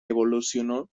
evolucionó